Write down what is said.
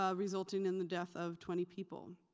ah resulting in the death of twenty people.